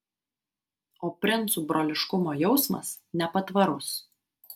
o princų broliškumo jausmas nepatvarus